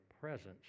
presence